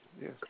yes